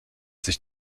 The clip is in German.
sich